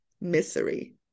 misery